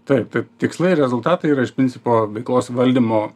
taip tai tikslai ir rezultatai yra iš principo veiklos valdymo